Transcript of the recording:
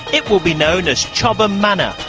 it will be known as chobham manor,